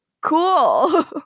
Cool